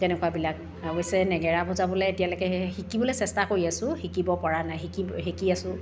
তেনেকুৱাবিলাক অৱশ্যে নেগেৰা বজাবলৈ এতিয়ালৈকে শিকিবলৈ চেষ্টা কৰি আছোঁ শিকিব পৰা নাই শিকি শিকি আছোঁ